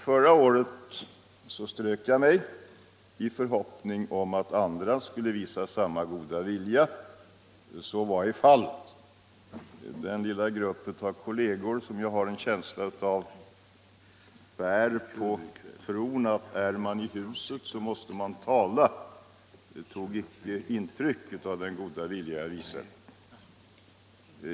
Förra året strök jag mig från talarlistan i förhoppning om att andra skulle visa samma goda vilja. Så var ej fallet. Den lilla grupp av kolleger som jag har en känsla av bär på tron att är man i huset så måste man tala tog inte intryck av den goda vilja jag visade.